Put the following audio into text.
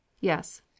Yes